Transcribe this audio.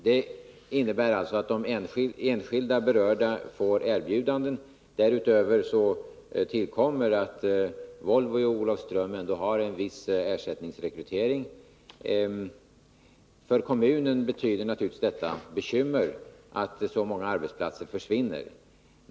Det innebär alltså att de enskilda berörda får erbjudanden om annan sysselsättning inom koncernen. Därutöver tillkommer att Volvo i Olofström har en viss ersättningsrekrytering. För kommunen betyder det naturligtvis bekymmer att så många arbetsplatser försvinner.